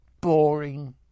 boring